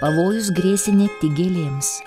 pavojus grėsė ne tik gėlėms